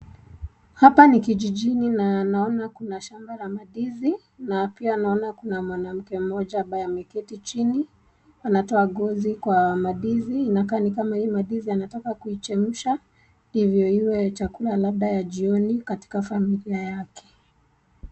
Hapa ni kijijini na naona kuna shamba la mandizi, na pia naona kuna mwanamke mmoja ambaye ameketi chini ,anatoa ngozi kwa mandizi, inakaa ni kama hii mandizi anataka kuichemsha ndivyo iwe chakula labda ya jioni katika familia yake.